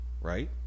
right